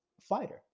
fighter